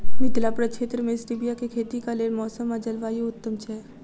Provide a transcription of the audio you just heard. मिथिला प्रक्षेत्र मे स्टीबिया केँ खेतीक लेल मौसम आ जलवायु उत्तम छै?